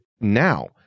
now